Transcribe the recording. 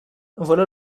voilà